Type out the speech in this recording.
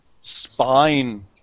spine